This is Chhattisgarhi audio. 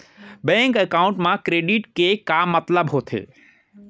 बैंक एकाउंट मा क्रेडिट के का मतलब होथे?